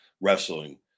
wrestling